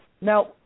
Now